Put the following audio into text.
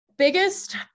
biggest